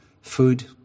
food